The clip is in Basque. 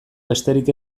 besterik